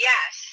Yes